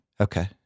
okay